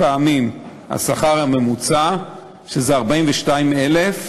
הוא השמיע את אותן הטענות שחוזרות על עצמן מדור לדור,